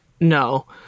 No